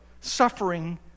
suffering